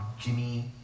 Jimmy